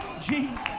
Jesus